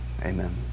Amen